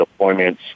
deployments